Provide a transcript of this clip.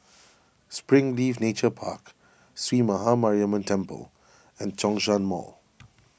Springleaf Nature Park Sree Maha Mariamman Temple and Zhongshan Mall